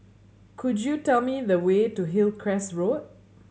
could you tell me the way to Hillcrest Road